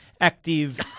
active